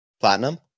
platinum